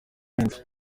benshi